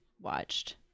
watched